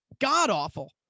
god-awful